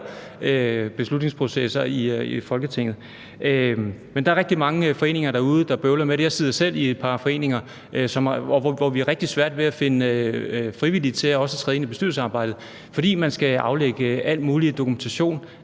beslutningsprocesser i Folketinget. Men der er rigtig mange foreninger derude, der bøvler med det. Jeg sidder selv i et par foreninger, hvor vi har rigtig svært ved at finde frivillige til også at træde ind i bestyrelsesarbejdet, og det er, fordi man skal fremlægge al mulig dokumentation,